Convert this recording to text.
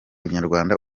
nyarwanda